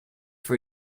for